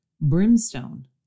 Brimstone